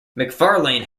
mcfarlane